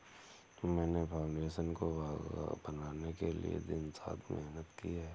मैंने फाउंडेशन को बनाने के लिए दिन रात मेहनत की है